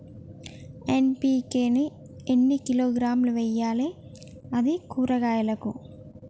NPK ని ఎన్ని కిలోగ్రాములు వెయ్యాలి? అది కూరగాయలకు?